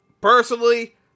Personally